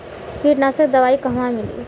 कीटनाशक दवाई कहवा मिली?